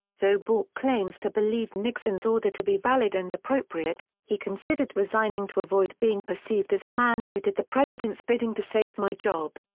though bork claims to believe nixon's order to be valid and appropriate, he considered resigning to avoid being perceived as a man who did the president's bidding to save my job.